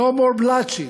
no more bloodshed,